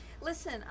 Listen